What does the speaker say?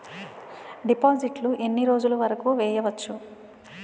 డిపాజిట్లు ఎన్ని రోజులు వరుకు చెయ్యవచ్చు?